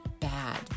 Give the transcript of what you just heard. bad